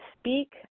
speak